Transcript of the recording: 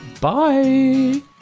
Bye